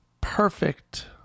perfect